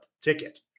ticket